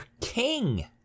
king